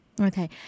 Okay